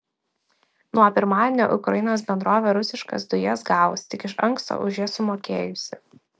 nuo pirmadienio ukrainos bendrovė rusiškas dujas gaus tik iš anksto už jas sumokėjusi